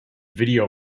video